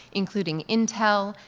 including intel,